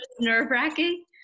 nerve-wracking